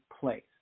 place